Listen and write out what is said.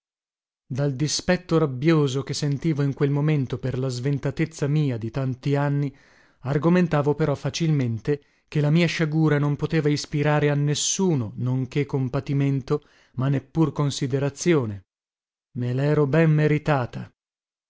dal dispetto rabbioso che sentivo in quel momento per la sventatezza mia di tanti anni argomentavo però facilmente che la mia sciagura non poteva ispirare a nessuno non che compatimento ma neppur considerazione me lero ben meritata